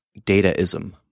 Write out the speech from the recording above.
dataism